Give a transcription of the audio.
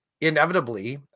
inevitably